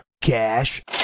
Cash